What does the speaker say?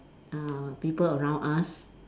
uh people around us